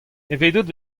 evidout